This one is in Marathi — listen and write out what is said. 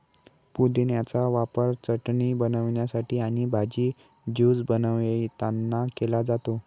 पुदिन्याचा वापर चटणी बनवण्यासाठी आणि भाजी, ज्यूस बनवतांना केला जातो